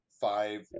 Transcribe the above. five